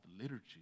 liturgy